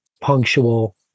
punctual